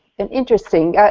and interesting.